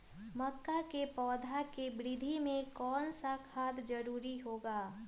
मक्का के पौधा के वृद्धि में कौन सा खाद जरूरी होगा?